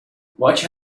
watch